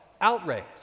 outrage